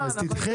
סינגפור,